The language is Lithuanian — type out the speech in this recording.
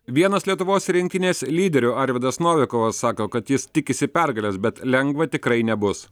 vienas lietuvos rinktinės lyderių arvydas novikovas sako kad jis tikisi pergalės bet lengva tikrai nebus